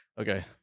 okay